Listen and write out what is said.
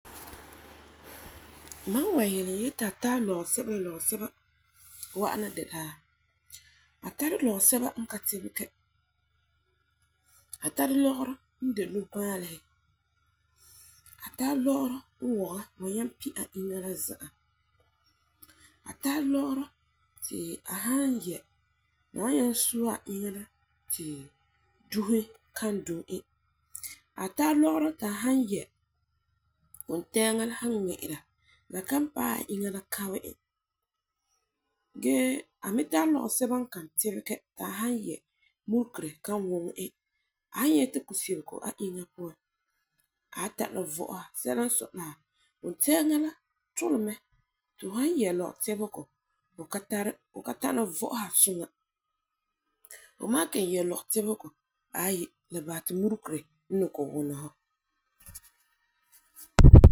Mam wan yele e ti a tara lɔgeseba n la lɔgeseba wa'ana de la, a tara lɔgeseba n ka tebege, a tara lɔgerɔ n de nubaalise, a tara lɔgerɔ n wɔgɛ was nyaŋɛ pi a inya la za'a. A tara lɔgerɔ ti a san nyɛ la wan sɔŋɛ a nama la ti dusi kan dum e. A tara lɔgerɔ ti a san nyɛ wuntɛɛŋa la san ŋme'era la kan paɛ a inya kabɛ e. Gee a mi tara lɔgeseba n kan tɛbege ti a san nyɛ murigere kan wɔŋɛ e, a san nyɛta kusebego a inya la puan a wan tana vo'osa sɛka n sɔi la wuntɛɛŋa la tole mɛ ti han nyɛ lɔgetɛbehegɔ ti fu ka tana vo'osa suŋa fu san le kelum nyɛ lɔgetebehegɔ aayi la basɛ ti murigere n ni kɔ'ɔm wuna fu.